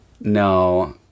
No